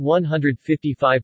155%